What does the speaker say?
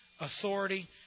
authority